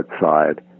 side